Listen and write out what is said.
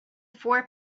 four